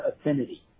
affinity